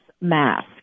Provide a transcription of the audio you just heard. mask